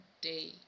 day